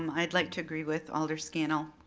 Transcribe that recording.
um i'd like to agree with alder scannell.